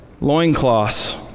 loincloths